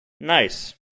Nice